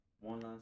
One